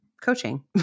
coaching